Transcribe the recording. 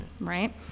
Right